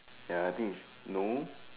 ya I think is no